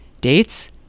Dates